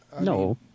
no